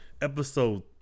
episode